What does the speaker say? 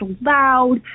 loud